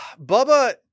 Bubba